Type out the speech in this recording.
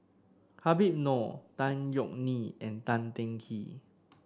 Habib Noh Tan Yeok Nee and Tan Teng Kee